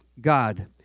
God